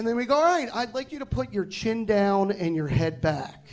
and then we go right i'd like you to put your chin down and your head back